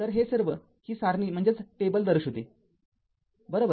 तरते सर्व ही सारणी दर्शविते बरोबर